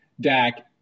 Dak